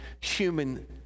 human